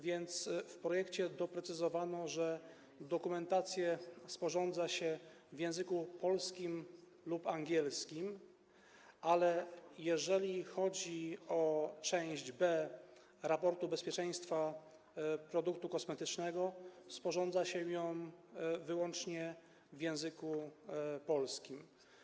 W projekcie doprecyzowano, że dokumentację sporządza się w języku polskim lub angielskim, ale jeżeli chodzi o część B raportu bezpieczeństwa produktu kosmetycznego, sporządza się ją wyłącznie w języku polskim.